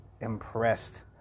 impressed